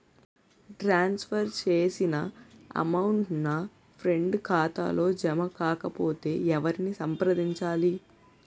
ట్రాన్స్ for చేసిన amount నా friend ఖాతాలో జమ కాకపొతే ఎవరిని సంప్రదించాలి?